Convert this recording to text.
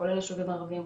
כולל יישובים ערביים,